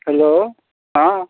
hello हँ